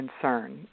concern